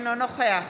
אינו נוכח